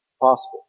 possible